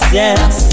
yes